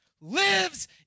lives